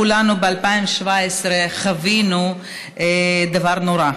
כולנו חווינו ב-2017 דבר נורא,